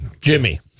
Jimmy